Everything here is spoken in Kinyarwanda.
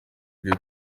ibyo